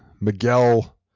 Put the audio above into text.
Miguel